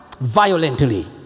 violently